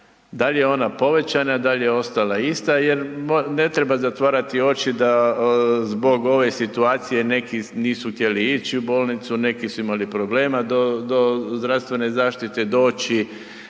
da li je ona povećana, da li je ostala ista jer, ne treba zatvarati oči da zbog ove situacije neki nisu htjeli ići u bolnicu, neki su imali problema do zdravstvene zaštite doći,